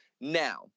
Now